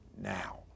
now